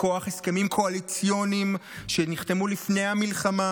מכוח הסכמים קואליציוניים שנחתמו לפני המלחמה,